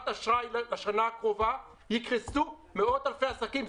אשראי לשנה הקרובה יקרסו מאות אלפי עסקים,